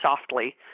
softly